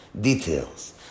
details